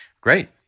Great